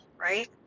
right